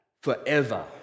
forever